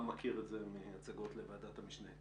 ואתה מכיר את זה מההצגות לוועדת המשנה.